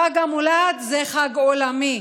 חג המולד זה חג עולמי,